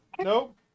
Nope